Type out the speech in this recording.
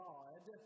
God